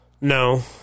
No